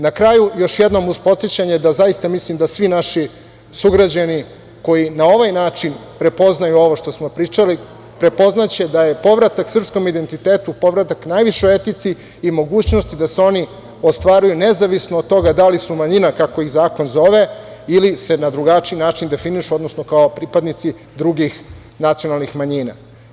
Na kraju, još jednom, uz podsećanje da zaista mislim da svi naši sugrađani koji na ovaj način prepoznaju ovo što smo pričali, prepoznaće da je povratak srpskom identitetu povratak najvišoj etici i mogućnosti da se oni ostvaruju, nezavisno od toga da li su manjina, kako ih zakon zove, ili se na drugačiji način definišu, odnosno kao pripadnici drugih nacionalnih manjina.